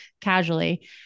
casually